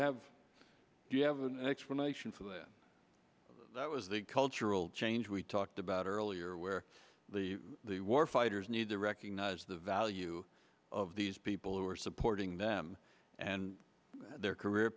do you have an explanation for that that was the cultural change we talked about earlier where the war fighters need to recognize the value of these people who are supporting them and their career